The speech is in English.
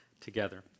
together